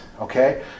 Okay